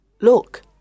Look